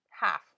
half